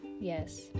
Yes